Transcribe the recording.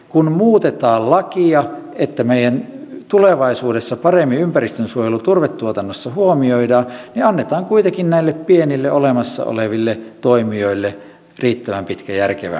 kun muutetaan lakia niin että tulevaisuudessa paremmin ympäristönsuojelu meidän turvetuotannossa huomioidaan niin annetaan kuitenkin näille pienille olemassa oleville toimijoille riittävän pitkä ja järkevä siirtymäaika